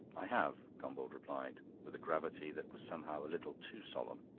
i have, gombauld replied, with a gravity that was somehow a little too solemn.